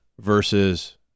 Versus